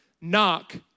Knock